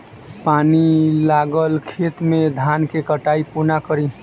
पानि लागल खेत मे धान केँ कटाई कोना कड़ी?